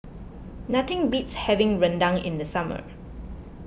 nothing beats having Rendang in the summer